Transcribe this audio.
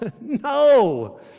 no